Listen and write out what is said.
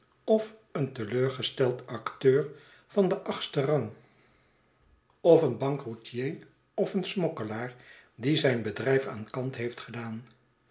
of een teleurgesteld acteur van den achtsten rang of een bankroetier of een smokkeiaar die zijn bedrijf aan kant heeft gedaan